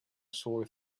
sore